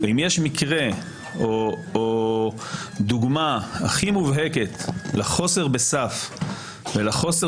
ואם יש מקרה או דוגמה הכי מובהקת לחוסר בסף ולחוסר